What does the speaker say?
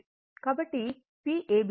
కాబట్టి P ab శక్తి నష్టం Ia2 R ab